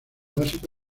básico